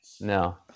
No